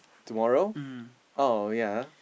tomorrow oh yea